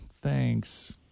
thanks